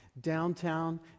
downtown